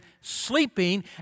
sleeping